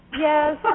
Yes